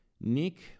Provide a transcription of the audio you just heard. Nick